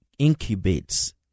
incubates